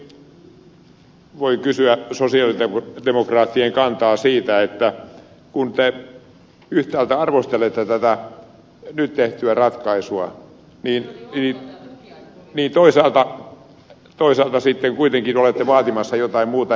lähtökohtaisesti voi kysyä sosialidemokraattien kantaa siitä että kun te yhtäältä arvostelette tätä nyt tehtyä ratkaisua niin toisaalta sitten kuitenkin olette vaatimassa jotain muuta